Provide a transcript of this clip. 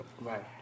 Right